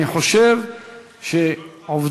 אני חושב שהעובדים,